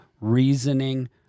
reasoning